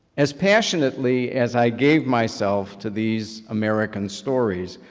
as passionately as i gave myself to these american stories,